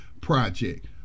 Project